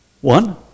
One